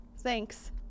Thanks